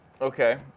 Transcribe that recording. Okay